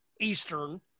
eastern